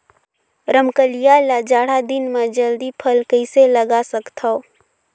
रमकलिया ल जाड़ा दिन म जल्दी फल कइसे लगा सकथव?